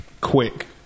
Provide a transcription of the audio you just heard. quick